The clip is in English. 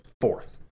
fourth